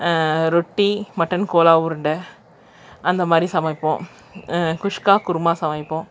ரொட்டி மட்டன் கோலா உருண்டை அந்த மாதிரி சமைப்போம் குஷ்க்கா குருமா சமைப்போம்